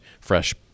fresh